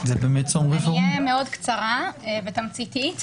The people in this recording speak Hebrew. אני אהיה מאוד קצרה ותמציתית.